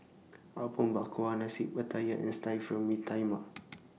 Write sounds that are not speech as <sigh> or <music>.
Apom Berkuah Nasi Wattaya and Stir Fry Mee Tai Mak <noise>